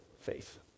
faith